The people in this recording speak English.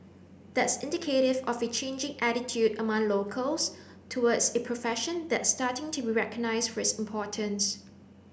that's indicative of a changing attitude among locals towards a profession that's starting to be recognised for its importance